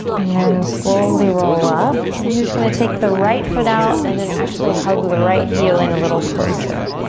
then slowly roll up. and we're just gonna take the right foot out, and then actually hug the right heel in a little closer.